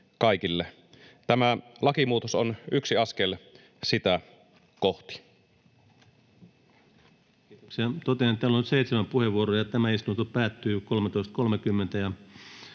Tämä lakimuutos on yksi askel sitä kohti.